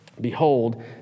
Behold